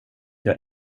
jag